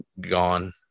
gone